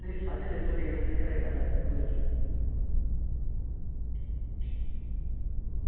सब किश घरा दी गल्ल ऐ कोई गल्ल निं